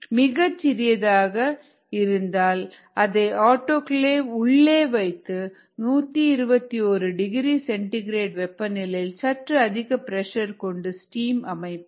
மிகச் சிறியதாக இருந்தால் அதை ஆட்டோகிளேவ் உள்ளே வைத்து 121 டிகிரி சென்டிகிரேட் வெப்பநிலையில் சற்று அதிக பிரஷர் கொண்டு ஸ்டீம் அமைப்போம்